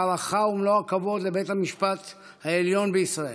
בהערכה ומלוא הכבוד לבית המשפט העליון בישראל,